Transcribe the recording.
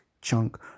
chunk